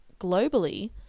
globally